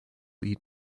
eat